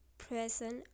Present